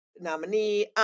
nominee